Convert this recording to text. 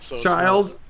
child